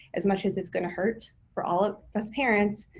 as much as it's gonna hurt, for all of us parents,